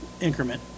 increment